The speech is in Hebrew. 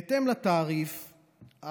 בהתאם לתעריף,